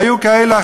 והיו כאלה,